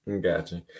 Gotcha